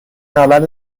نبرد